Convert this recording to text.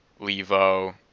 Levo